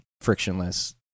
frictionless